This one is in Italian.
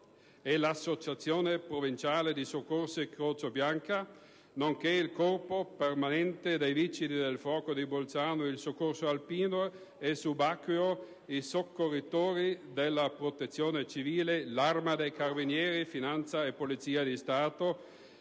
e l'Associazione provinciale di soccorso Croce Bianca, nonché il Corpo permanente dei Vigili del fuoco di Bolzano, il Soccorso alpino e subacqueo, i soccorritori della Protezione civile, l'Arma dei carabinieri, la Guardia di finanza e la Polizia di Stato,